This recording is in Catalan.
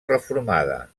reformada